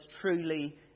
truly